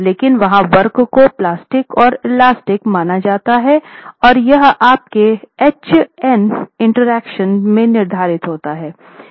लेकिन वहाँ वक्र को प्लास्टिक और इलास्टिक माना जाता है और यह आपके hn इंटरैक्शन से निर्धारित होता है